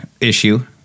issue